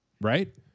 Right